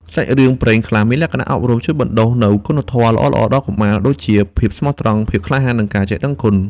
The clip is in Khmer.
សាច់រឿងព្រេងខ្លះមានលក្ខណៈអប់រំជួយបណ្ដុះនូវគុណធម៌ល្អៗដល់កុមារ ដូចជា ភាពស្មោះត្រង់ ភាពក្លាហាន និងការចេះដឹងគុណ។